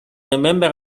remember